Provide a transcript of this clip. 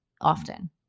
often